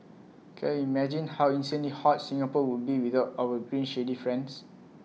can you imagine how insanely hot Singapore would be without our green shady friends